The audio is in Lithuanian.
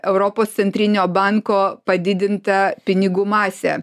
europos centrinio banko padidinta pinigų masė